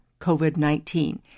COVID-19